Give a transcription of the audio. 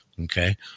Okay